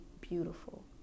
beautiful